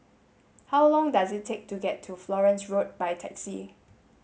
how long does it take to get to Florence Road by taxi